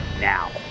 now